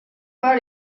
pas